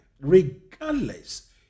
Regardless